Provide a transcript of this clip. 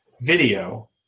video